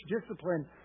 discipline